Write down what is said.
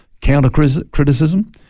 counter-criticism